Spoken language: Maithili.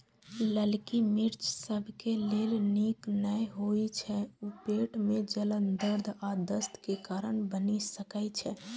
ललकी मिर्च सबके लेल नीक नै होइ छै, ऊ पेट मे जलन, दर्द आ दस्त के कारण बनि सकै छै